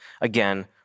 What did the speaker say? again